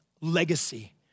legacy